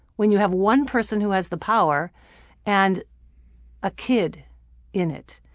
when you have one person who has the power and a kid in it.